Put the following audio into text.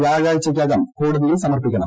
വ്യാഴാഴ്ചയ്ക്കകം കോടതിയിൽ സമർപ്പിക്കണം